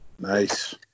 Nice